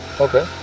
Okay